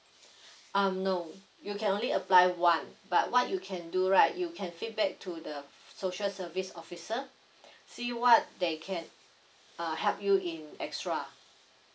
um no you can only apply ono but what you can do right you can feedback to the social service officer see what they can uh help you in extra